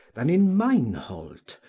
than in meinhold,